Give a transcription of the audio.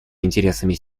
интересам